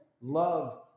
love